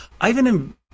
Ivan